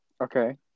Okay